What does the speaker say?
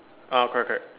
ah correct correct